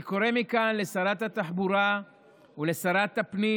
אני קורא מכאן לשרת התחבורה ולשרת הפנים,